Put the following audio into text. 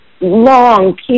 long